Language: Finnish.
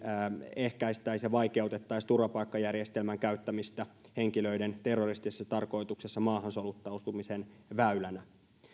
ehkäistäisiin ja vaikeutettaisiin turvapaikkajärjestelmän käyttämistä henkilöiden terroristisessa tarkoituksessa maahan soluttautumisen väylänä